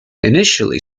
initially